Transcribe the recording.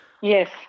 Yes